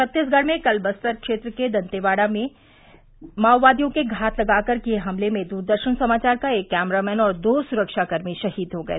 छत्तीसगढ़ में कल बस्तर क्षेत्र के दंतेवाड़ा जिले में माओवादियों के घात लगाकर किये हमले में दूरदर्शन समाचार का एक कैमरामैन और दो सुखाकर्मी शहीद हो गये